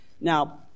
Now